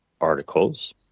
articles